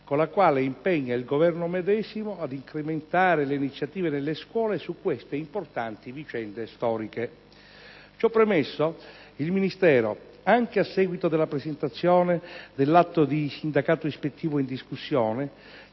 con la quale impegna il Governo medesimo ad incrementare le iniziative nelle scuole su queste importanti vicende storiche. Ciò premesso, il Ministero, anche a seguito della presentazione dell'atto di sindacato ispettivo in discussione,